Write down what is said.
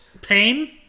Pain